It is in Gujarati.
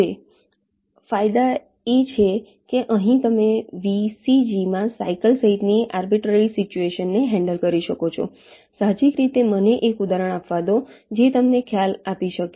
હવે ફાયદા એ કે અહીં તમે VCG માં સાઈકલ સહિતની આર્બીટ્રેરી સિચ્યુએશનને હેન્ડલ કરી શકો છો સાહજિક રીતે મને એક ઉદાહરણ આપવા દો જે તમને ખ્યાલ આપી શકે